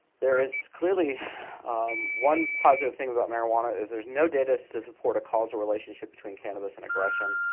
there is clearly one positive thing about marijuana is there's no data is to support a causal relationship between cannabis and aggression.